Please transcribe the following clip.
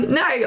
no